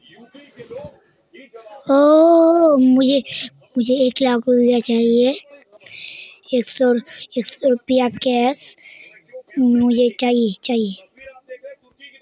कृषि उपज मंडी समिति बोरो विक्रेता स किसानेर रक्षा कर छेक